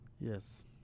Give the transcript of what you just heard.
Yes